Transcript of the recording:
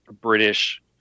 British